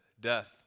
death